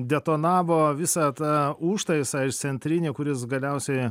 detonavo visą tą užtaisą išcentrinį kuris galiausiai